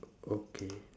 o~ okay